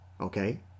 okay